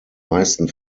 meisten